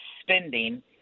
spending